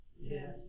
yes